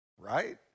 right